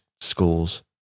schools